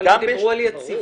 אבל הם דיברו על יציבות.